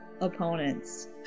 opponents